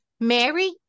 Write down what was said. Mary